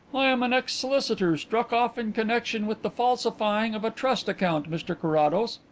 i am an ex-solicitor, struck off in connexion with the falsifying of a trust account, mr carrados,